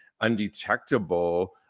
undetectable